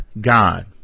God